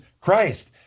Christ